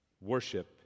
Worship